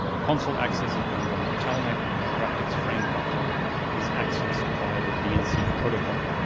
console access is done via telnet and the graphics frame buffer is accessed via the vnc protocol.